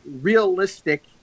realistic